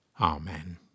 Amen